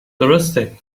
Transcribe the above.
درسته